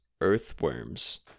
earthworms